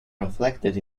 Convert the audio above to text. reflected